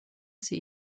sie